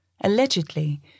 allegedly